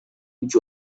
which